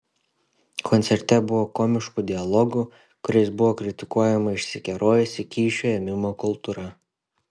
koncerte buvo komiškų dialogų kuriais buvo kritikuojama išsikerojusi kyšių ėmimo kultūra